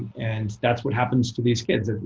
and that's what happens to these kids.